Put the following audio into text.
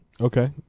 Okay